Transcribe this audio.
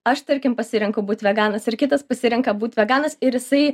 aš tarkim pasirenku būt veganas ir kitas pasirenka būt veganas ir jisai